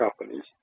companies